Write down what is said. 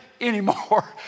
anymore